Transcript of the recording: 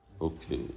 Okay